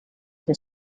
for